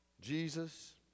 Jesus